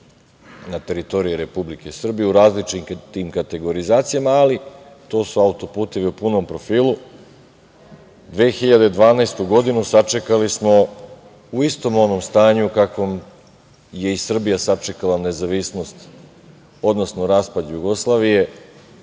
na teritoriji Republike Srbije u različitim kategorizacijama, ali to su autoputevi u punom profilu. Godinu 2012. sačekali smo u istom onom stanju u kakvom je i Srbija sačekala nezavisnost, odnosno raspad Jugoslavije,